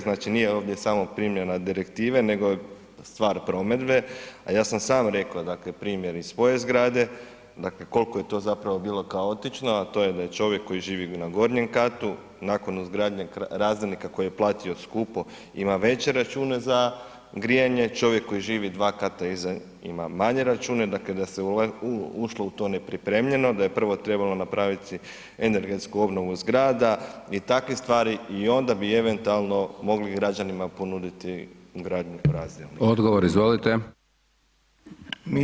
Znači nije ovdje samo primjena direktive nego je stvar provedbe, a ja sam sam reko dakle primjer iz svoje zgrade, dakle koliko je to zapravo bilo kaotično, a to je da je čovjek koji živi na gornjem katu nakon ugradnje razdjelnika koji je platio skupo, ima veće račune za grijanje, čovjek koji živi dva kata iza ima manje račune, dakle da se ušlo u to nepripremljeno, da je prvo trebalo napraviti energetsku obnovu zgrada i takvih stvari i onda bi eventualno mogli građanima ponuditi ugradnju razdjelnika.